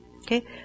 okay